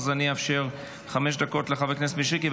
אז אני אאפשר חמש דקות לחבר הכסת מישרקי,